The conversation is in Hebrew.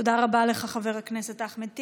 תודה רבה לך, חבר הכנסת אחמד טיבי.